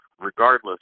regardless